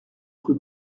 rue